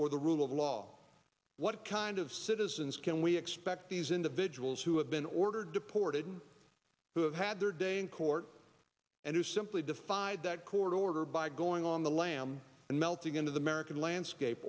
for the rule of law what kind of citizens can we expect these individuals who have been ordered deported who have had their day in court and who simply defied that court order by going on the lam and melting into the american landscape